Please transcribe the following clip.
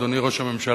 אדוני ראש הממשלה,